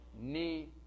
knee